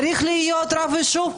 צריך להיות רב יישוב?